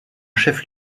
chef